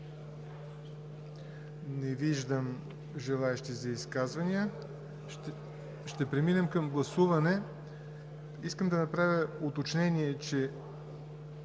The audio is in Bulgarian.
Не виждам желаещи за изказвания. Ще преминем към гласуване. Искам да направя уточнение, че